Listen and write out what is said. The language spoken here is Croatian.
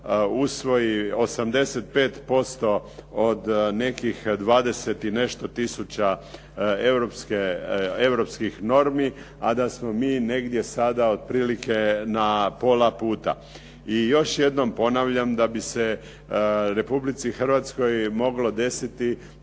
usvoji 85% od nekih 20 i nešto tisuća europskih normi, a da smo mi negdje sada otprilike na pola puta. I još jednom ponavljam da bi se Republici Hrvatskoj moglo desiti